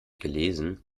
gelesen